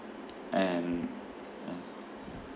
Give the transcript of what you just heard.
and ah